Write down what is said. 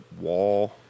wall